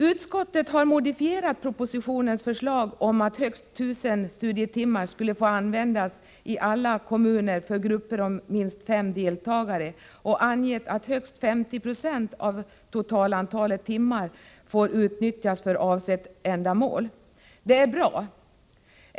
Utskottet har modifierat propositionens förslag om att högst 1 000 studietimmar skulle få användas i alla kommuner för grupper om minst fem deltagare och angivit att högst 50 20 av totalantalet timmar får utnyttjas för avsett ändamål. Detta är bra.